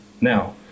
Now